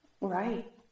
Right